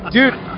Dude